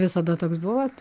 visada toks buvot